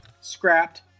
scrapped